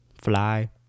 fly